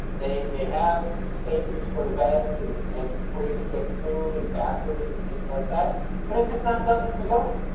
they have spaces for events and and where you can get food and bathrooms and things like that but it's just not done through his own.